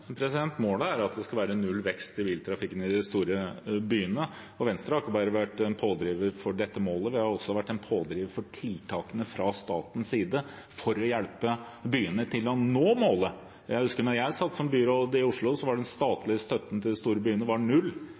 Målet er at det skal være null vekst i biltrafikken i de store byene. Venstre har ikke bare vært en pådriver for dette målet; vi har også vært en pådriver for tiltakene fra statens side for å hjelpe byene til å nå målet. Jeg husker at da jeg satt som byråd i Oslo, var den statlige støtten til de store byene null,